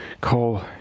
call